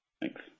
Thanks